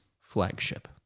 flagship